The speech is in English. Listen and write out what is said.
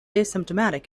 asymptomatic